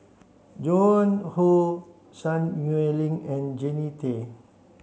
Joan Hon Sun Xueling and Jannie Tay